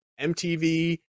MTV